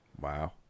Wow